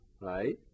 right